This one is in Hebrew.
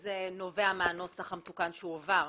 שזה נובע מהנוסח המתוקן שהועבר.